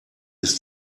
ist